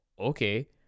okay